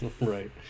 right